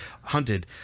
hunted